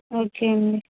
okay అండి